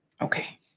okay